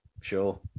sure